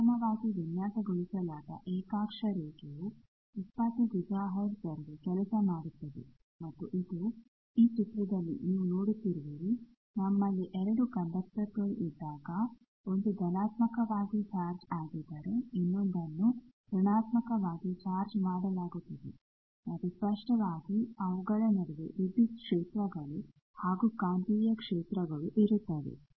ಉತ್ತಮವಾಗಿ ವಿನ್ಯಾಸಗೊಳಿಸಲಾದ ಏಕಾಕ್ಷ ರೇಖೆಯು 20 ಗಿಗಾಹರ್ಟ್ಜ್ ವರೆಗೆ ಕೆಲಸ ಮಾಡುತ್ತದೆ ಮತ್ತು ಇದು ಈ ಚಿತ್ರದಲ್ಲಿ ನೀವು ನೋಡುತ್ತಿರುವಿರಿ ನಮ್ಮಲ್ಲಿ 2 ಕಂಡಕ್ಟರ್ಗಳು ಇದ್ದಾಗ 1 ಧನಾತ್ಮಕವಾಗಿ ಚಾರ್ಜ್ ಆಗಿದ್ದರೆ ಇನ್ನೊಂದನ್ನು ಋಣಾತ್ಮಕವಾಗಿ ಚಾರ್ಜ್ ಮಾಡಲಾಗುತ್ತದೆ ಮತ್ತು ಸ್ಪಷ್ಟವಾಗಿ ಅವುಗಳ ನಡುವೆ ವಿದ್ಯುತ್ ಕ್ಷೇತ್ರಗಳು ಹಾಗೂ ಕಾಂತೀಯ ಕ್ಷೇತ್ರಗಳು ಇರುತ್ತವೆ